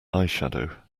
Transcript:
eyeshadow